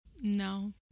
no